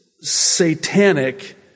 satanic